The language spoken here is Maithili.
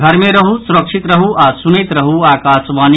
घर मे रहू सुरक्षित रहू आ सुनैत रहू आकाशवाणी